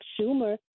Schumer –